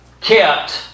kept